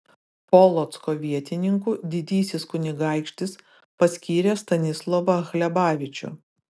polocko vietininku didysis kunigaikštis paskyrė stanislovą hlebavičių